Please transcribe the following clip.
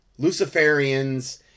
Luciferians